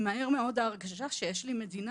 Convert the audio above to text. מהר מאוד ההרגשה שיש לי מהמדינה